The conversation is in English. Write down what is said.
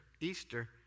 Easter